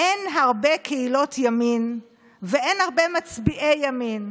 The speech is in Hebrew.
אין הרבה קהילות ימין ואין הרבה מצביעי ימין,